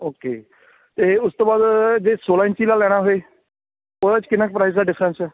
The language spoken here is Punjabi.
ਓਕੇ ਅਤੇ ਉਸ ਤੋਂ ਬਾਅਦ ਜੇ ਸੌਲ੍ਹਾਂ ਇੰਚੀ ਦਾ ਲੈਣਾ ਹੋਵੇ ਉਹਦੇ 'ਚ ਕਿੰਨਾਂ ਕੁ ਪ੍ਰਾਈਸ ਦਾ ਡਿਫਰੈਂਸ ਹੈ